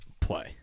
play